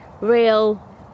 Real